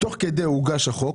תוך כדי הוגשה הצעת החוק,